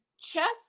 chest